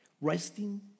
resting